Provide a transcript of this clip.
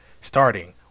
Starting